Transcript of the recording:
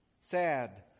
sad